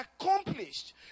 accomplished